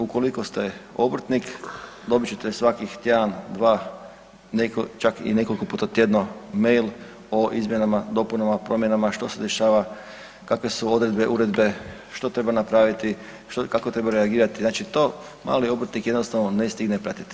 Ukoliko ste obrtnik, dobit ćete svakih tjedan, dva, čak i nekoliko puta tjedno, mail o izmjenama, dopunama, promjenama, što se dešava, kakve su odredbe, uredbe, što treba napraviti, što, kako treba reagirati, znači to mali obrtnik jednostavno ne stigne pratiti.